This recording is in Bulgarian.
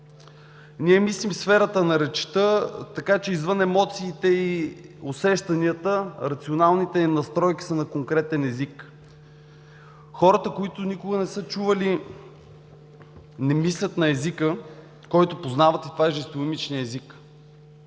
Ние мислим в сферата на речта, така че извън емоциите и усещанията рационалните им настройки са на конкретен език. Хората, които никога не са чували, не мислят на езика, който познават – жестомимичния език.